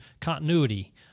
continuity